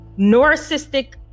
narcissistic